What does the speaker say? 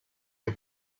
you